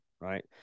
right